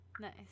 Nice